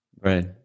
Right